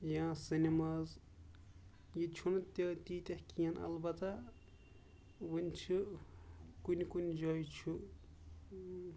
یا سینماز ییٚتہِ چھُنہٕ تیٖتہہ کِہینۍ اَلبتہ وۄنۍ چھُ کُنہِ کُنہِ جایہِ چھُ